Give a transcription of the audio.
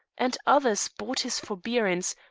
and others bought his forbearance,